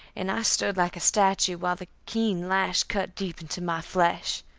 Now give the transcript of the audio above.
and i stood like a statue while the keen lash cut deep into my flesh.